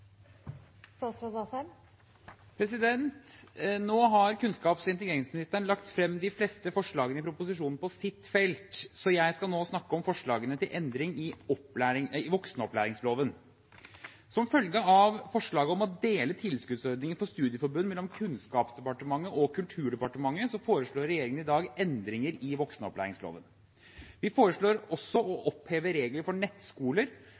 integreringsministeren lagt frem de fleste forslagene i proposisjonen på sitt felt, så jeg skal nå snakke om forslagene til endring i voksenopplæringsloven. Som følge av forslaget om å dele tilskuddsordningen for studieforbund mellom Kunnskapsdepartementet og Kulturdepartementet, foreslår regjeringen i dag endringer i voksenopplæringsloven. Vi foreslår også å oppheve regler for nettskoler